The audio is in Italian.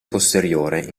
posteriore